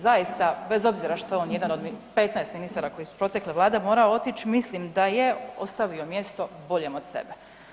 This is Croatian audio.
Zaista, bez obzira što je on jedan od 15 ministara koji je iz protekle Vlade morao otići, mislim da je ostavio mjesto boljem od sebe.